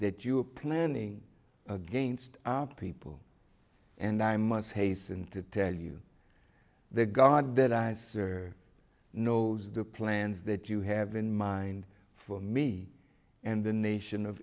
that you are planning against people and i must hasten to tell you the god that i answer knows the plans that you have in mind for me and the nation of